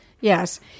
Yes